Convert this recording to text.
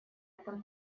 этом